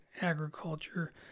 agriculture